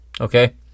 Okay